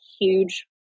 huge